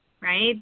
right